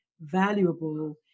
valuable